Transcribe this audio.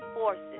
forces